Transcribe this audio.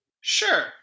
sure